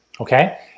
okay